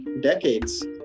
decades